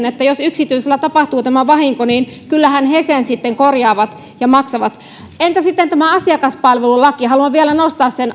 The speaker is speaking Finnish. että jos yksityisellä tapahtuu vahinko niin kyllähän he sen sitten korjaavat ja maksavat entä sitten asiakasmaksulaki haluan vielä nostaa sen